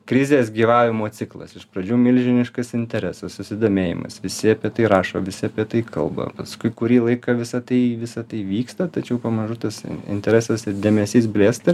krizės gyvavimo ciklas iš pradžių milžiniškas interesas susidomėjimas visi apie tai rašo visi apie tai kalba paskui kurį laiką visa tai visa tai vyksta tačiau pamažu tas interesas ir dėmesys blėsta